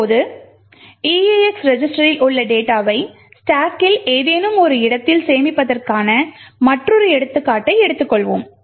இப்போது eax ரெஜிஸ்டரில் உள்ள டேட்டாவை ஸ்டாக்கில் ஏதேனும் ஒரு இடத்தில் சேமிப்பதற்கான மற்றொரு எடுத்துக்காட்டை எடுத்துக்கொள்வோம்